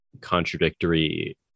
contradictory